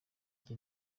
njye